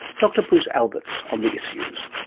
dr bruce alberts, on the issues.